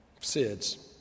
SIDS